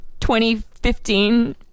2015